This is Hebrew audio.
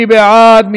מי בעד?